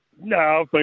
No